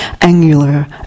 angular